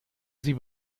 sie